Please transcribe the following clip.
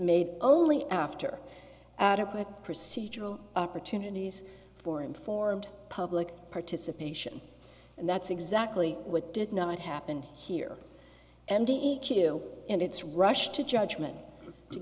made only after adequate procedural opportunities for informed public participation and that's exactly what did not happen here and d e q and its rush to judgment